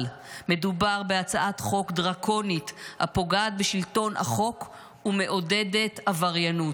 אבל מדובר בהצעת חוק דרקונית הפוגעת בשלטון החוק ומעודדת עבריינות.